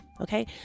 okay